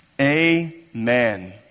Amen